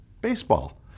Baseball